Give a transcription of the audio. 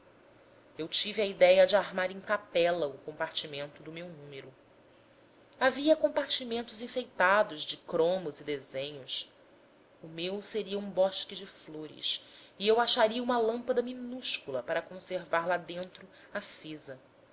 eu tive a idéia de armar em capela o compartimento do meu número havia compartimentos enfeitados de cromos e desenhos o meu seria um bosque de flores e eu acharia uma lâmpada minúscula para conservar li dentro acesa